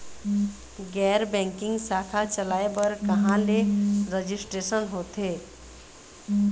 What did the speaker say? गैर बैंकिंग शाखा चलाए बर कहां ले रजिस्ट्रेशन होथे?